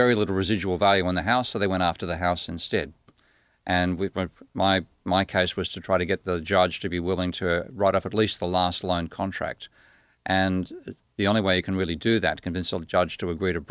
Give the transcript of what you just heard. very little residual value in the house so they went after the house instead and we my my case was to try to get the judge to be willing to write off at least the last line contract and the only way you can really do that to convince a judge to agree to